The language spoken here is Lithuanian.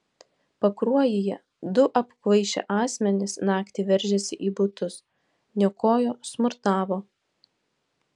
pakruojyje du apkvaišę asmenys naktį veržėsi į butus niokojo smurtavo